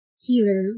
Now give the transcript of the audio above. healer